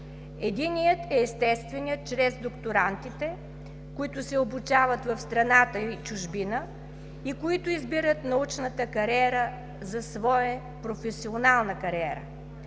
Единият е естественият – чрез докторантите, които се обучават в страната и чужбина и които избират научната кариера за своя професионална кариера.